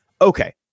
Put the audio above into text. Okay